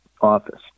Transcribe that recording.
office